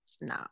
No